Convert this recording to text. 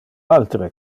altere